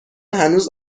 هنوز